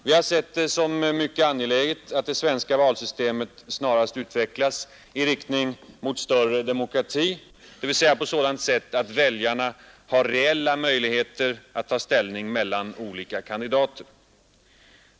Vi har sett det som mycket angeläget att det svenska valsystemet snarast utvecklas i riktning mot större demokrati, dvs. på sådant sätt att väljarna har reella möjligheter att ta ställning mellan olika kandidater.